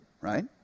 right